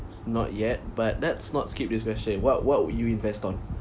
not yet but let's not skip this question what what would you invest on